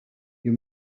you